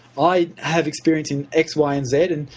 i have experience in x, y and z, and